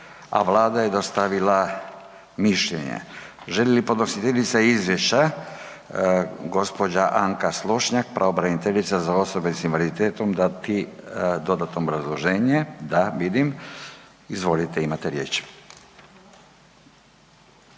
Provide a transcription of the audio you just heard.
a Vlada je dostavila mišljenje. Želi li podnositeljica izvješća gospođa Anka Slonjšak, pravobraniteljica za osobe sa invaliditetom dati dodatno obrazloženje? Da, vidim, izvolite imate riječ.